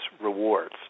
rewards